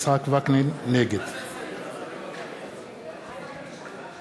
נגד מה זה הסדר הזה?